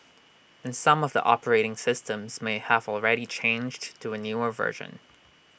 and some of the operating systems may have already changed to A newer version